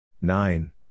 Nine